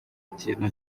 kintu